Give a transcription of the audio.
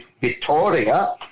Victoria